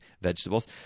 vegetables